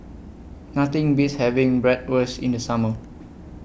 Nothing Beats having Bratwurst in The Summer